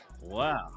Wow